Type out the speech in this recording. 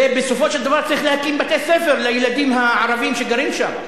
ובסופו של דבר צריך להקים בתי-ספר לילדים הערבים שגרים שם.